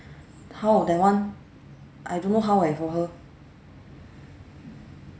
how that one I don't know how eh for her